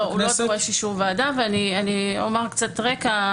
לא, הוא לא דורש אישור ועדה, ואני אומר קצת רקע.